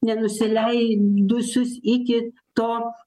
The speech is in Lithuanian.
nenusileidusius iki to